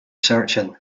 searching